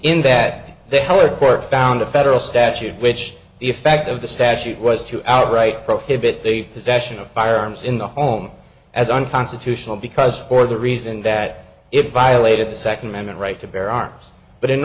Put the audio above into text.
in that they hold court found a federal statute which the effect of the statute was to outright prohibit the possession of firearms in the home as unconstitutional because for the reason that it violated the second amendment right to bear arms but in